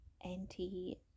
anti